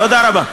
תודה רבה.